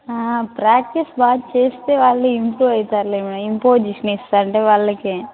practice బాగా చేస్తే వాళ్ళ ఇంప్రూవ్ అవుతారు ఇంపోజిషన్ ఇస్తూ ఉంటా వాళ్ళకి